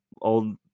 old